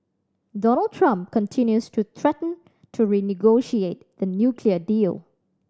Donald Trump continues to threaten to renegotiate the nuclear deal